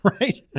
right